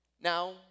Now